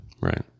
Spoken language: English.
Right